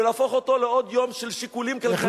ולהפוך אותו לעוד יום של שיקולים כלכליים וחופשים.